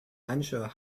unsure